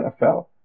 NFL